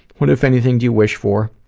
what, if anything, do you wish for?